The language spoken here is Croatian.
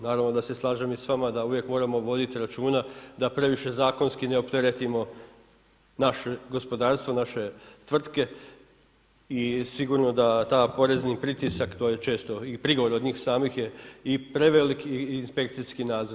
Naravno da se slažem i s vama da uvijek moramo vidjeti računa da previše zakonski ne opteretimo naše gospodarstvo, naše tvrtke i sigurno da taj porezni pritisak, to je često i prigovor od njih samih je i prevelik i inspekcijski nadzor.